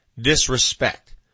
disrespect